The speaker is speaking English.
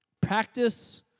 practice